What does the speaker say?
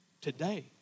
Today